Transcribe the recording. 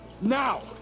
now